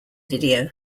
video